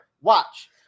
watch